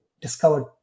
discovered